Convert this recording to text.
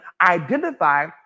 identify